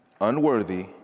Unworthy